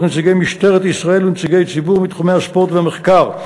נציגי משטרת ישראל ונציגי ציבור מתחומי הספורט והמחקר.